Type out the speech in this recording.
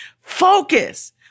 Focus